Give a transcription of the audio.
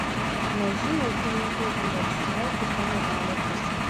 maži ūkininkai yra visai kita medalio pusė